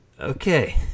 Okay